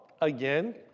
Again